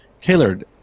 tailored